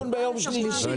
יש לך דיון ביום שלישי.